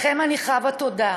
לכם אני חבה תודה.